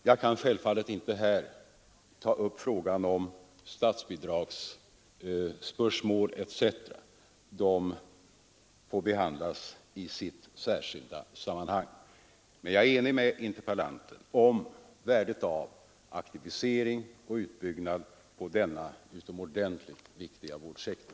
Jag kan självfallet inte här ta upp statsbidragsspörsmål etc. De får behandlas i sitt särskilda sammanhang. Men jag är ense med interpellanten om värdet av aktivisering och utbyggnad av denna utomordentligt viktiga vårdsektor.